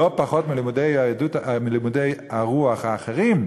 לא פחות מלימודי הרוח האחרים,